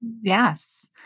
yes